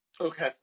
Okay